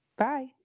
Bye